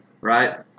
Right